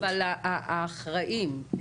אבל האחראים,